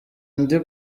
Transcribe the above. ndi